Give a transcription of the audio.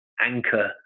anchor